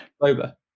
Over